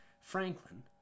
Franklin